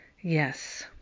Yes